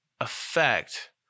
affect